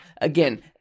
again